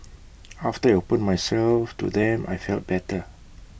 after I opened myself to them I felt better